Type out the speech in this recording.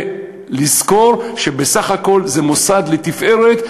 ולזכור שבסך הכול זה מוסד לתפארת,